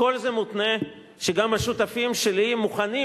כל זה מותנה בכך שגם השותפים שלי מוכנים,